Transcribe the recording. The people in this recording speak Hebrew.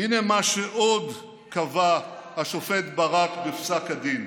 הינה מה שעוד קבע השופט ברק בפסק הדין,